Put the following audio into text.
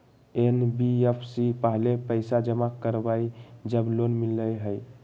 NBFC पहले पईसा जमा करवहई जब लोन मिलहई?